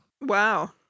Wow